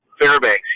Fairbanks